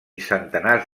centenars